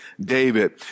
David